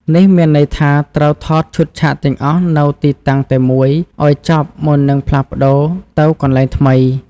នេះមានន័យថា ត្រូវថតឈុតឆាកទាំងអស់នៅទីតាំងតែមួយឱ្យចប់មុននឹងផ្លាស់ប្តូរទៅកន្លែងថ្មី។